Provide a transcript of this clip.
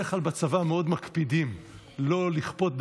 בדרך כלל בצבא מאוד מקפידים לא לכפות,